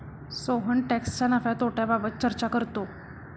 सोहन टॅक्सच्या नफ्या तोट्याबाबत चर्चा करतो